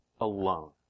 alone